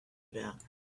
about